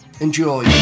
Enjoy